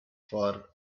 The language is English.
for